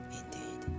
indeed